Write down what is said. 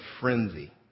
frenzy